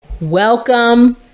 welcome